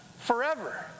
forever